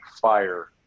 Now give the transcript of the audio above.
fire